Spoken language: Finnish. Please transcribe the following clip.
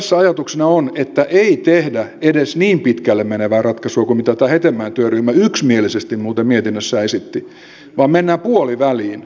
tässä ajatuksena on että ei tehdä edes niin pitkälle menevää ratkaisua kuin mitä tämä hetemäen työryhmä muuten yksimielisesti mietinnössään esitti vaan mennään puoliväliin